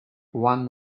one